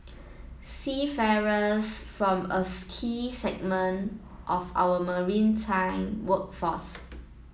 seafarers form a key segment of our maritime workforce